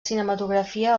cinematografia